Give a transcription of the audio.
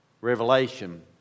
Revelation